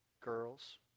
girls